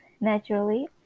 Naturally